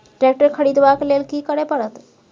Tractor खरीदबाक लेल की करय परत?